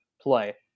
play